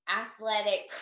athletic